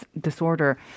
disorder